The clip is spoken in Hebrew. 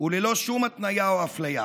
וללא שום התניה או אפליה,